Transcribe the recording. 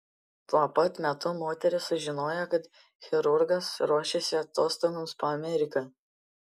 tuo pat metu moteris sužinojo kad chirurgas ruošiasi atostogoms po ameriką